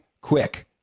quick